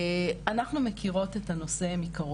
אנחנו מכירות את הנושא מקרוב,